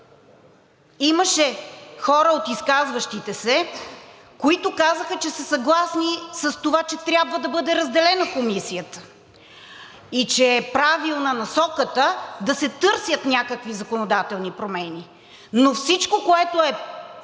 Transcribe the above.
Имаше хора от изказващите се, които казаха, че са съгласни с това, че трябва да бъде разделена Комисията и че е правилна насоката да се търсят някакви законодателни промени.